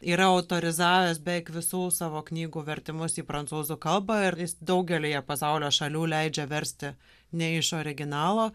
yra autorizavęs beveik visų savo knygų vertimus į prancūzų kalbą ir jis daugelyje pasaulio šalių leidžia versti ne iš originalo